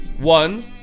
one